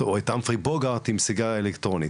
או את המפרי בוגרט עם סיגריה אלקטרונית,